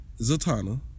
Zatanna